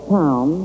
town